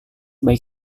baik